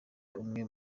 umwe